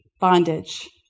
Bondage